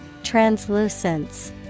Translucence